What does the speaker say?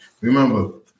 Remember